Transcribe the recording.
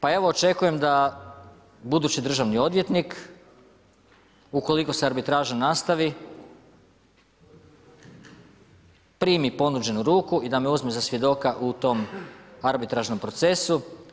Pa evo očekujem da budući državni odvjetnik, ukoliko se arbitraža nastavi, primi ponuđenu ruku i da me uzme za svjedoka u tom arbitražnom procesu.